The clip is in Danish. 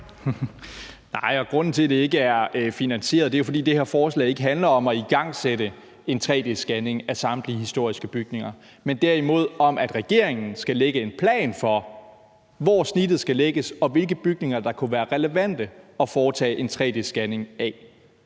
(DF): Grunden til, at det ikke er finansieret, er, at det her forslag ikke handler om at igangsætte en tre-d-scanning af samtlige historiske bygninger, men derimod om, at regeringen skal lægge en plan for, hvor snittet skal lægges, og hvilke bygninger der kunne være relevante at foretage en tre-d-scanning af.